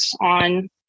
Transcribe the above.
on